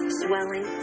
swelling